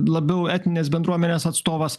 labiau etninės bendruomenės atstovas